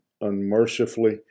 unmercifully